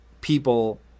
people